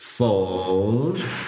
Fold